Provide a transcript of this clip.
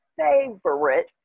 favorite